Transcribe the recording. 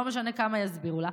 לא משנה כמה יסבירו לה.